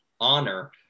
honor